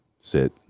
sit